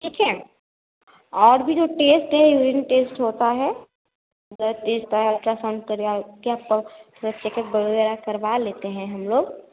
ठीक है और भी जो टेस्ट है यूरिन टेस्ट होता है ब्लड टेस्ट और अल्ट्रासाउंड करया चेपक चेकअप वग़ैरह करवा लेते हैं हम लोग